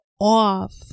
off